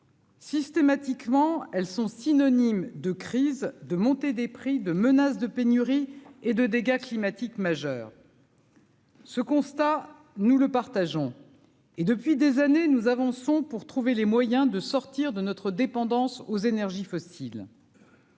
Systématiquement, elles sont synonymes de crise de montée des prix de menace de pénurie et de dégâts climatiques majeurs. Ce constat, nous le partageons et depuis des années, nous avançons pour trouver les moyens de sortir de notre dépendance aux énergies fossiles.